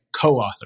co-author